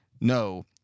no